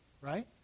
Right